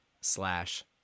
slash